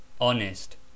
honest